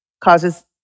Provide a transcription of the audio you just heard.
causes